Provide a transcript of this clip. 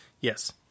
Yes